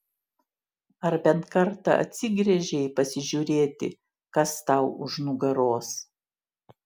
ar bent kartą atsigręžei pasižiūrėti kas tau už nugaros